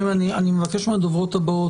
אני מבקש מהדוברות הבאות,